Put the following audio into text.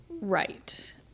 Right